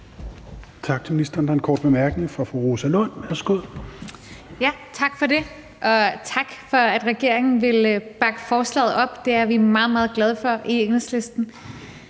Tak for det. Tak for, at regeringen vil bakke forslaget op; det er vi meget, meget glade for i Enhedslisten.